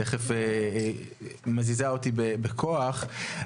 תכף מזיזה אותי בכוח,